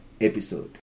episode